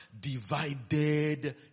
divided